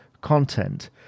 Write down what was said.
content